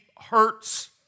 hurts